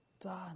done